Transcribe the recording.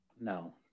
No